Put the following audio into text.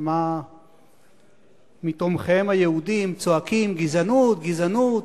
וכמה מתומכיהם היהודים, צועקים: גזענות, גזענות,